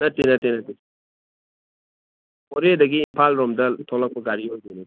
ꯅꯠꯇꯦ ꯅꯠꯇꯦ ꯅꯠꯇꯦ ꯃꯣꯔꯦꯗꯒꯤ ꯏꯝꯐꯥꯜꯂꯣꯝꯗ ꯊꯣꯛꯂꯛꯄ ꯒꯥꯔꯤ ꯑꯣꯏꯗꯣꯏꯅꯤ